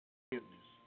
Forgiveness